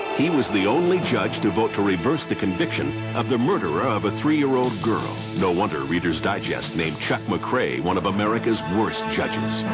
he was the only judge to vote to reverse the conviction of the murderer of a three-year-old girl. no wonder reader's digest made chuck mcrae one of america's worst judges.